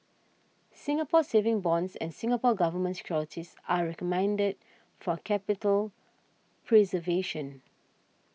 Singapore Savings Bonds and Singapore Government Securities are recommended for capital preservation